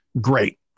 Great